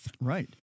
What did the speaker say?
Right